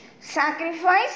Sacrifice